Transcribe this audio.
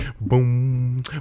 boom